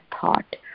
thought